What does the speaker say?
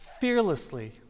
fearlessly